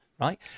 right